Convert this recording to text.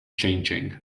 changing